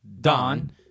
Don